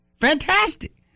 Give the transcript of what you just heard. Fantastic